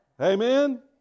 Amen